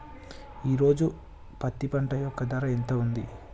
ఈ రోజు పత్తి పంట యొక్క ధర ఎంత ఉంది?